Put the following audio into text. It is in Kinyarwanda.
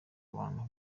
abantu